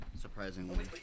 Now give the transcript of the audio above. surprisingly